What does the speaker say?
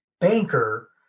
banker